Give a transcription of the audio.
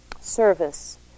service